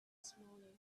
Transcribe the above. smaller